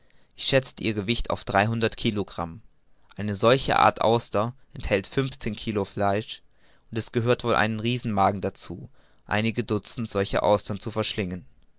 schätzte ihr gewicht auf dreihundert kilogramm eine solche auster enthält fünfzehn kilo fleisch und es gehörte wohl ein riesenmagen dazu einige dutzend solcher austern zu verschlingen